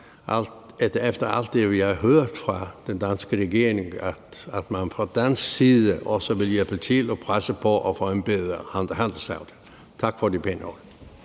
også efter alt det, vi har hørt fra den danske regering, at man fra dansk side også vil hjælpe til og presse på og fremme en handelsaftale. Tak for de pæne ord.